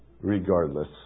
regardless